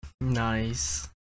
Nice